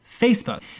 Facebook